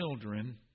children